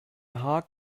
haag